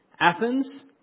Athens